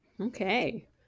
Okay